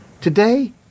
Today